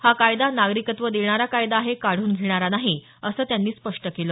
हा कायदा नागरिकत्व देणारा कायदा आहे काढून घेणारा नाही असं त्यांनी स्पष्ट केलं